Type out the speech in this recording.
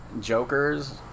jokers